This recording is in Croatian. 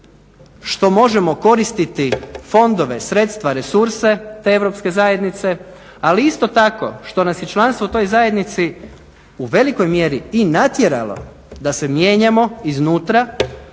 što možemo koristiti fondove, sredstva, resurse te europske zajednice, ali isto tako što nas je članstvo u toj zajednici u velikoj mjeri i natjeralo da se mijenjamo iznutra,